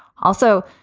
also,